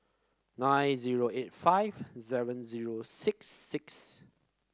nine zero eight five seven zero six six